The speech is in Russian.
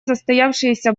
застоявшееся